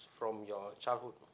from your childhood